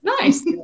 Nice